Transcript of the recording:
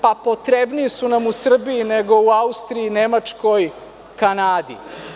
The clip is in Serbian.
Pa potrebnije su nam u Srbiji nego u Austriji, Nemačkoj, Kanadi.